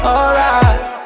Alright